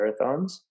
marathons